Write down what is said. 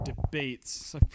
debates